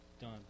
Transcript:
done